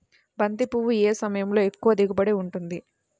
బంతి పువ్వు ఏ సమయంలో ఎక్కువ దిగుబడి ఉంటుంది?